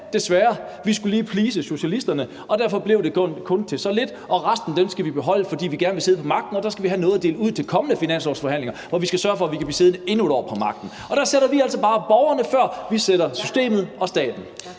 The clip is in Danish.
desværre, vi skulle lige please socialisterne, og derfor blev det kun til så lidt, og resten skal vi beholde, fordi vi gerne vil sidde på magten, og der skal vi have noget at dele ud til kommende finanslovsforhandlinger, hvor vi skal sørge for, at vi kan blive siddende endnu et år på magten. Der sætter vi altså bare borgerne før systemet og staten.